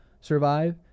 survive